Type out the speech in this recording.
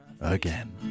again